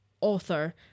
author